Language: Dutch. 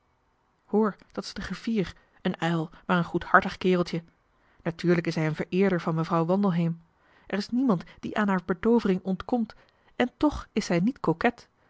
dat is de griffier een uil maar een goedhartig kereltje natuurlijk is hij een vereerder van mevrouw wandelheem er is niemand die aan haar betoovering ontkomt en toch is zij niet